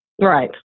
Right